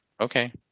okay